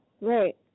Right